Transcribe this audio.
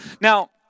Now